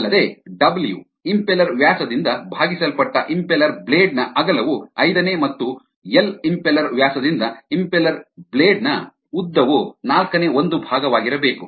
ಅಲ್ಲದೆ W impeller ವ್ಯಾಸದಿಂದ ಭಾಗಿಸಲ್ಪಟ್ಟ ಇಂಪೆಲ್ಲರ್ ಬ್ಲೇಡ್ ನ ಅಗಲವು ಐದನೇ ಮತ್ತು ಎಲ್ ಇಂಪೆಲ್ಲರ್ ವ್ಯಾಸದಿಂದ ಇಂಪೆಲ್ಲರ್ ಬ್ಲೇಡ್ ನ ಉದ್ದವು ನಾಲ್ಕನೇ ಒಂದು ಭಾಗವಾಗಿರಬೇಕು